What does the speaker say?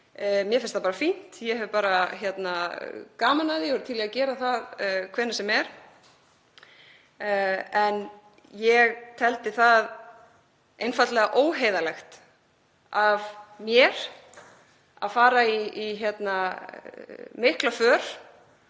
Mér finnst það bara fínt. Ég hef gaman af því og er til í að gera það hvenær sem er. En ég teldi það einfaldlega óheiðarlegt af mér að fara í mikla för